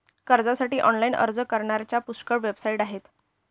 कर्जासाठी ऑनलाइन अर्ज करण्याच्या पुष्कळ वेबसाइट आहेत